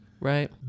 Right